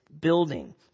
building